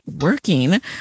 working